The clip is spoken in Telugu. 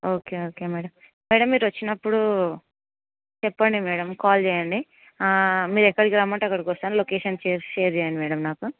ఓకే ఓకే మేడమ్ మేడమ్ మీరు వచ్చినప్పుడు చెప్పండి మేడమ్ కాల్ చేయండి మీరు ఎక్కడికి రమ్మంటే అక్కడికి వస్తాను లొకేషన్ షేర్ షేర్ చేయండి మేడమ్ నాతో